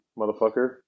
motherfucker